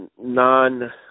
non